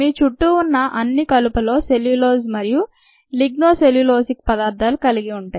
మీ చుట్టూ ఉన్న అన్ని కలపలో సెల్యులోజ్ మరియు లిగ్నో సెల్యులోసిక్ పదార్థాలు కలిగి ఉంటాయి